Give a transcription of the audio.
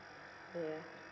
ya